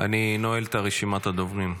אני נועל את רשימת הדוברים.